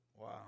Wow